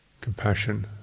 compassion